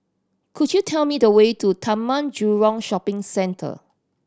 could you tell me the way to Taman Jurong Shopping Centre